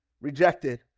rejected